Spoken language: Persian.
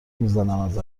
میزنم